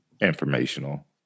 informational